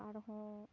ᱟᱨᱦᱚᱸ